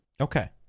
Okay